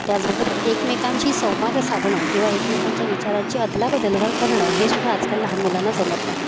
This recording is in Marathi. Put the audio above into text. त्याचबरोबर एकमेकांशी संवाद साधणं किंवा एकमेकांच्या विचारांची अदलाबदल घर करणं हे सुद्धा आजकाल लहान मुलांना जमत नाही